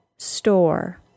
store